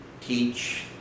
teach